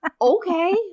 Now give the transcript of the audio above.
okay